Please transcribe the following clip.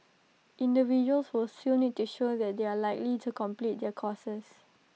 individuals will still need to show that they are likely to complete their courses